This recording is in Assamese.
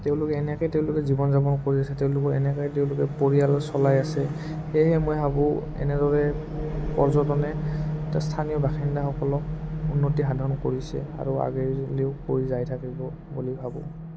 তেওঁলোকে এনেকৈ তেওঁলোকে জীৱন যাপন কৰি আছে তেওঁলোকো এনেকৈ তেওঁলোকে পৰিয়ালৰ চলাই আছে সেয়েহে মই ভাবোঁ এনেদৰে পৰ্যটনে স্থানীয় বাসিন্দাসকলক উন্নতি সাধন কৰিছে আৰু আগলৈয়ো কৰি যায় থাকিব বুলি ভাবোঁ